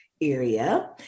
area